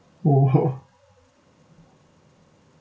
oh